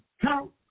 count